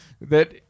that-